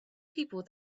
people